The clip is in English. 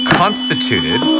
constituted